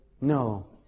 No